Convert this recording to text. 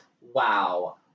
wow